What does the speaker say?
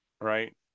right